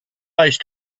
close